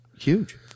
Huge